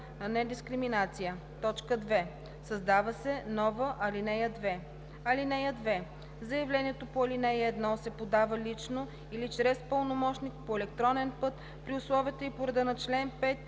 на недискриминация.“ 2. Създава се нова ал. 2: „(2) Заявлението по ал. 1 се подава лично или чрез пълномощник, по електронен път при условията и по реда на чл. 5